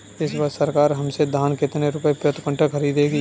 इस वर्ष सरकार हमसे धान कितने रुपए प्रति क्विंटल खरीदेगी?